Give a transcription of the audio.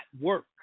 work